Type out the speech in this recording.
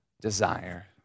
desire